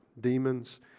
demons